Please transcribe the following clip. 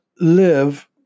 live